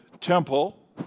temple